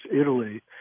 Italy